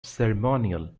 ceremonial